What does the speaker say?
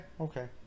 okay